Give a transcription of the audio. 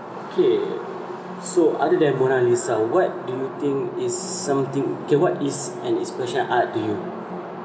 okay so other than mona lisa what do you think is something okay what is an expression of art to you